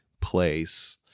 place